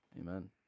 Amen